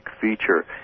feature